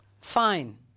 Fine